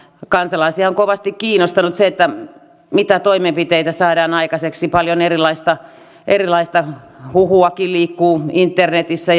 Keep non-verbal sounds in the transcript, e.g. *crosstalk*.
kansalaisia on kovasti kiinnostanut se mitä toimenpiteitä saadaan aikaiseksi paljon erilaista erilaista huhuakin liikkuu internetissä *unintelligible*